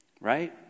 Right